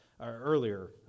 earlier